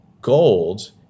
gold